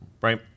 right